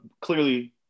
clearly